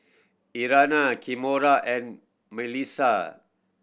Irena Kimora and Mellisa